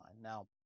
Now